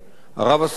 ערב-הסעודית,